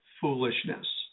foolishness